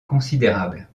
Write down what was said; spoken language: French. considérable